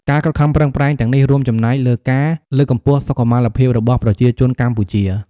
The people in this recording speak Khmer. ការខិតខំប្រឹងប្រែងទាំងនេះរួមចំណែកលើការលើកកម្ពស់សុខុមាលភាពរបស់ប្រជាជនកម្ពុជា។